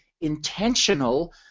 intentional